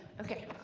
Okay